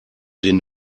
den